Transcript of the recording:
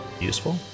useful